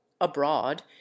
Abroad